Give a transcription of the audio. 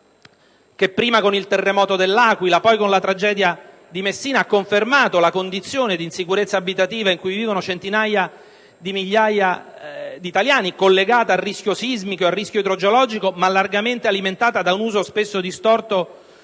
prima con il terremoto dell'Aquila, poi con la tragedia di Messina, è stata confermata la condizione di insicurezza abitativa in cui vivono centinaia di migliaia di italiani, collegata al rischio sismico e idrogeologico, ma largamente alimentata da un uso spesso distorto